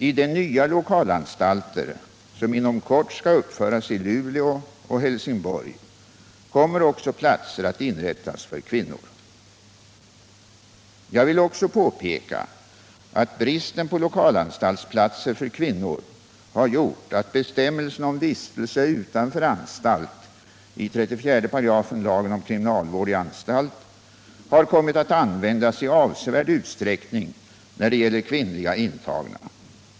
I de nya lokalanstalter som inom kort skall uppföras i Luleå och Helsingborg kommer också platser att inrättas för kvinnor. Jag vill också påpeka att bristen på lokalanstaltsplatser för kvinnor har gjort att bestämmelsen om vistelse utanför anstalt i 34 § lagen om kriminalvård i anstalt har kommit att användas i avsevärd utsträckning när det gäller kvinnliga intagna.